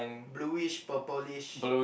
bluish purplish